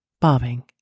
bobbing